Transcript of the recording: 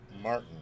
Martin